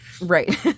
Right